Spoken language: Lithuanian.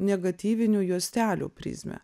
negatyvinių juostelių prizmę